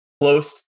close